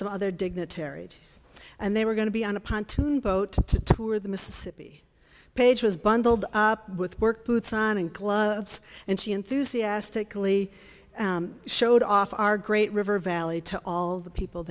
some other dignitaries and they were going to be on a pontoon boat tour the mississippi page was bundled up with work boots on and gloves and she enthusiastically showed off our great river valley to all the people